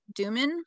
Duman